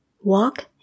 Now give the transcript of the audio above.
walk